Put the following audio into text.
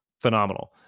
phenomenal